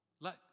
let